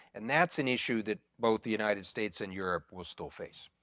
and that's an issue that both the united states and europe would still face.